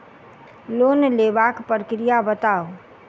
Loan लेबाक प्रक्रिया बताऊ?